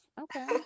Okay